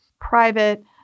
private